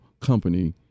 company